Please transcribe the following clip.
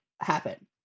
happen